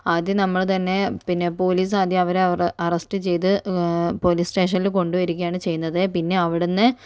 ആദ്യം നമ്മൾ തന്നെ പിന്നെ പോലീസ് ആദ്യം അവരെ അറസ്റ്റ് ചെയ്ത് പോലീസ് സ്റ്റേഷനിൽ കൊണ്ടുവരികയാണ് ചെയ്യുന്നത് പിന്നെ അവിടന്ന്